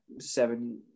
seven